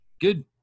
good